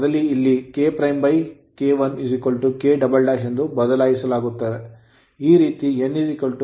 ಬದಲಿಇಲ್ಲಿ KK1 ಅನ್ನು K" ಎಂದು ಬದಲಾಯಿಸುತ್ತೇವೆ ಈ ರೀತಿ